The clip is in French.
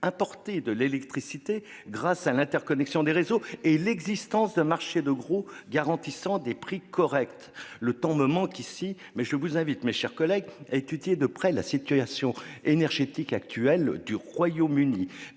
importé de l'électricité grâce à l'interconnexion des réseaux et à l'existence d'un marché de gros garantissant des prix corrects. Je vous invite, chers collègues, à étudier de près la situation énergétique du Royaume-Uni,